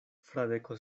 fradeko